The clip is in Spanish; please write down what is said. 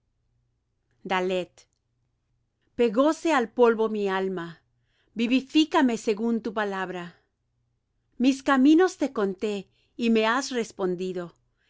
mis consejeros pegóse al polvo mi alma vivifícame según tu palabra mis caminos te conté y me has respondido